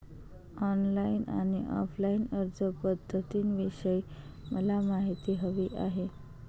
online आणि offline अर्जपध्दतींविषयी मला माहिती हवी आहे